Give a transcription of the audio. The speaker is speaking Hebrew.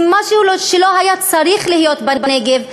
הם משהו שלא היה צריך להיות בנגב,